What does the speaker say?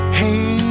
hey